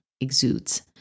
exudes